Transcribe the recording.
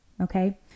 Okay